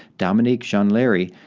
dominique jean larrey,